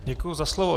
Děkuji za slovo.